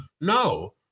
no